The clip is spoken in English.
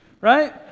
right